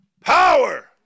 power